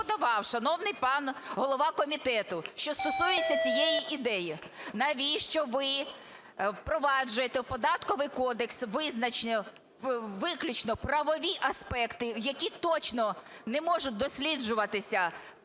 подавав шановний пан голова комітету, що стосуються цієї ідеї. Навіщо ви впроваджуєте в Податковий кодекс у визначення виключно правові аспекти, які точно не можуть досліджуватися